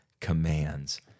commands